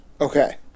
Okay